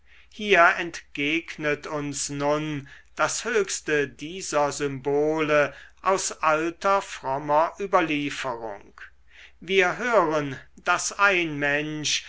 hier entgegnet uns nun das höchste dieser symbole aus alter frommer überlieferung wir hören daß ein mensch